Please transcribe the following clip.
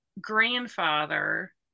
grandfather